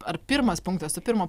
ar pirmas punktas tu pirmo